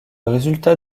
résultat